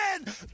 again